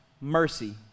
mercy